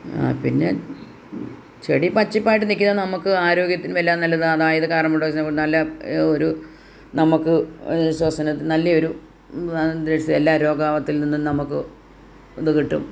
പിന്നെ ചെടി പച്ചിപ്പായിട്ട് നിൽക്കുന്നത് നമുക്ക് ആരോഗ്യത്തിനും എല്ലാം നല്ലതാണ് അതായത് കാർബൺഡയോക്സൈഡ് നല്ല ഒരു നമുക്ക് ശ്വസനത്തിന് നല്ലയൊരു എല്ലാ രോഗാവസ്ഥയിൽ നിന്നും നമുക്ക് ഇത് കിട്ടും